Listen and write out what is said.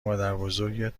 مادربزرگت